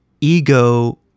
ego